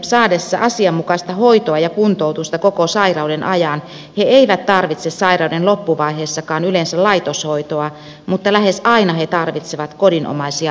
saadessaan asianmukaista hoitoa ja kuntoutusta koko sairauden ajan muistisairaat ihmiset eivät tarvitse sairauden loppuvaiheessakaan yleensä laitoshoitoa mutta lähes aina he tarvitsevat kodinomaisia asumisyksikköjä